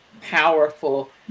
powerful